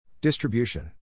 Distribution